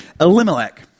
Elimelech